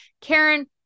Karen